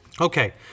Okay